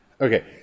okay